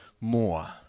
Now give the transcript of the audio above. more